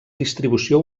distribució